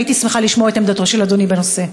והייתי שמחה לשמוע את עמדתו של אדוני בנושא.